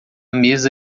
mesa